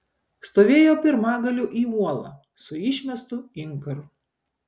stovėjo pirmagaliu į uolą su išmestu inkaru